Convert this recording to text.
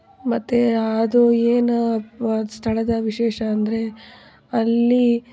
ಮತ್ತು ಅದು ಏನು ಅದು ಸ್ಥಳದ ವಿಶೇಷ ಅಂದರೆ ಅಲ್ಲಿ